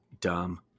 dumb